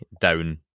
down